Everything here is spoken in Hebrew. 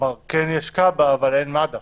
כן יש כב"א אבל אין מד"א.